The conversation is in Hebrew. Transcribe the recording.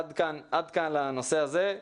עד כאן לנושא הזה,